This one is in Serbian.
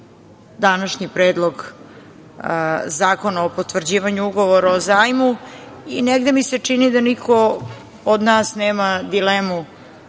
današnji Predlog zakona o potvrđivanju Ugovora o zajmu i negde mi se čini da niko od nas nema dilemu